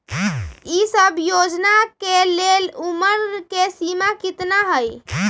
ई सब योजना के लेल उमर के सीमा केतना हई?